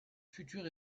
futur